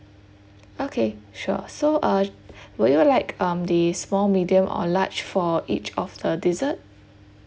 okay sure so uh would you like um the small medium or large for each of the dessert